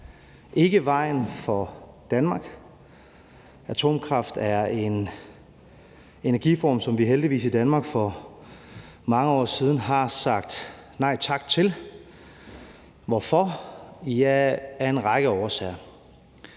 ikke vejen for Danmark. Atomkraft er en energiform, som vi heldigvis i Danmark for mange år siden har sagt nej tak til. Hvorfor? Af en række årsager.